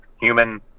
human